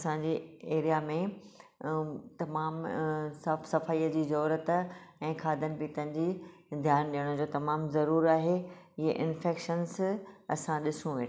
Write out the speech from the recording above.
असां जे एरिया में तमामु साफ़ सफ़ाईअ जी जरूरत आहे ऐं खाधनि पीतनि जी ध्यान ॾियण जो तमाम ज़रूर आहे इहे इन्फेकशन्स असां ॾिसूं वेठा